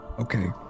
Okay